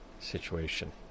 situation